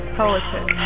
poetry